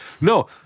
No